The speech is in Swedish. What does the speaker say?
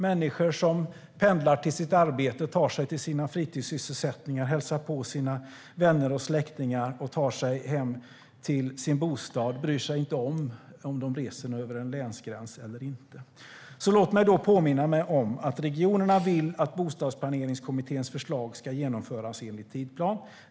Människor som pendlar till sitt arbete, tar sig till sina fritidssysselsättningar, hälsar på sina vänner och släktingar och tar sig hem till sin bostad bryr sig inte om ifall de reser över en länsgräns eller inte. Låt mig alltså påminna om att regionerna vill att Bostadsplaneringskommitténs förslag ska genomföras enligt tidsplan.